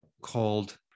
called